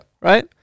Right